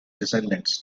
descendants